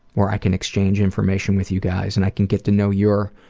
where i can exchange information with you guys, and i can get to know your